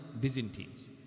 Byzantines